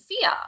fear